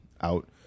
out